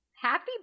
Happy